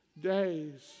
days